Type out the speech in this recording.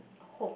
hope